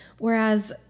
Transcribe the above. Whereas